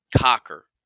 cocker